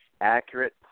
accurate